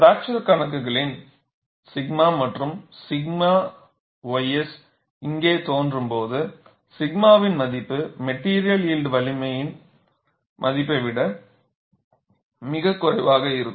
fracture கணக்குகளில் 𝛔 மற்றும் 𝛔 ys இங்கே தோன்றும் போது 𝛔 வின் மதிப்பு மெட்டிரியல் யில்ட் வலிமையின் மதிப்பை விட மிகக் குறைவாக இருக்கும்